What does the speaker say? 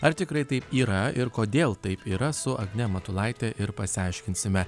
ar tikrai taip yra ir kodėl taip yra su agne matulaite ir pasiaiškinsime